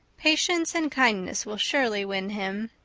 patience and kindness will surely win him.